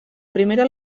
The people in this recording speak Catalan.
primera